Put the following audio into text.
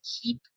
keep